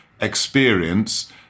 experience